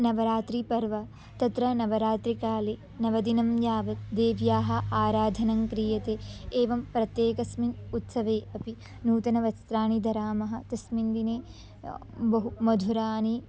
नवरात्रिपर्व तत्र नवरात्रकाले नव दिनं यावत् देव्याः आराधनं क्रियते एवं प्रत्येकस्मिन् उत्सवे अपि नूतनवस्त्राणि धरामः तस्मिन् दिने बहुमधुराणि